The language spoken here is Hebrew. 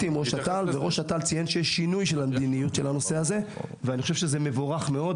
וראש אט"ל ציין שיש שינוי של המדיניות בנושא הזה וזה מבורך מאוד,